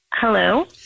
Hello